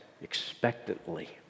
expectantly